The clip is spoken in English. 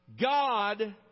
God